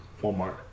Walmart